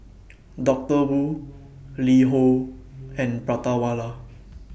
Doctor Wu LiHo and Prata Wala